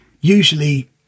usually